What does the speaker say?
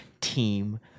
team